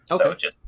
Okay